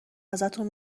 ازتون